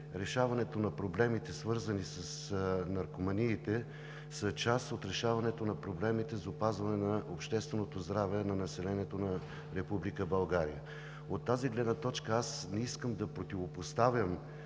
решаването на проблемите, свързани с наркоманиите, са част от решаването на проблемите за опазване на общественото здраве на населението на Република България. От тази гледна точка аз не искам да противопоставям